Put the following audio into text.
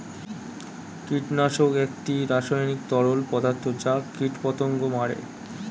কীটনাশক একটি রাসায়নিক তরল পদার্থ যা কীটপতঙ্গ মারে